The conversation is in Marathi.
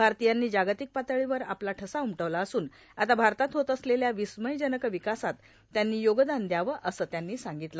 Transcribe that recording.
भारतीयांनी जार्गातक पातळीवर आपला ठसा उमटवला असून आता भारतात होत असलेल्या र्विस्मयजनक र्विकासात त्यांनी योगदान द्यावं असं त्यांनी सार्गिगतलं